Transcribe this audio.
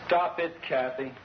stop it kathy